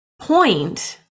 point